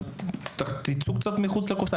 אז תצאו קצת מחוץ לקופסא.